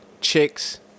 Chicks